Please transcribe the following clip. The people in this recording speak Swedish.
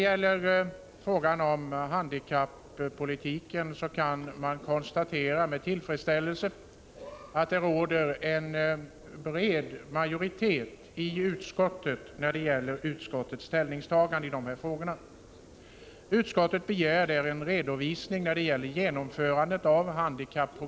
I fråga om handikappolitiken kan man med tillfredsställelse konstatera att det i utskottet finns en bred majoritet för ställningstagandena i dessa frågor.